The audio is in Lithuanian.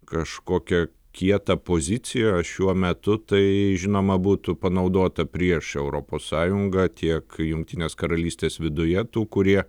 kažkokią kietą poziciją šiuo metu tai žinoma būtų panaudota prieš europos sąjungą tiek jungtinės karalystės viduje tų kurie